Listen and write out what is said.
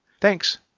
Thanks